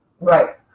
Right